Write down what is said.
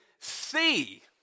see